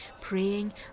praying